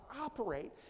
operate